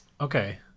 Okay